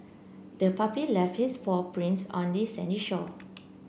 the puppy left its paw prints on the sandy shore